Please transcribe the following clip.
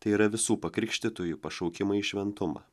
tai yra visų pakrikštytųjų pašaukimą į šventumą